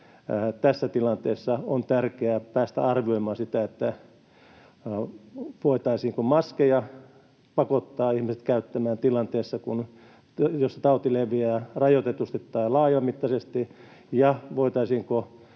tässä tilanteessa on tärkeää päästä arvioimaan sitä, voitaisiinko ihmiset pakottaa käyttämään maskeja tilanteessa, jossa tauti leviää rajoitetusti tai laajamittaisesti, ja voitaisiinko